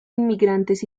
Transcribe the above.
inmigrantes